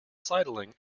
sidling